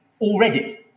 already